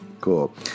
Cool